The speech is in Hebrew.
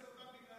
בגלל